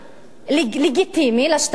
לגיטימי לשטחים,